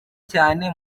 cyane